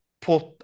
put